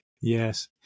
yes